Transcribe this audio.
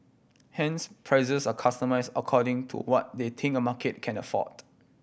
hence prices are customised according to what they think a market can afford